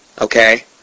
Okay